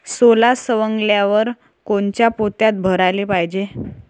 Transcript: सोला सवंगल्यावर कोनच्या पोत्यात भराले पायजे?